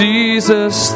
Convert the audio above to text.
Jesus